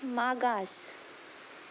मागास